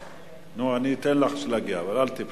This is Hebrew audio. אני אתן להגיע, אל תיפלי.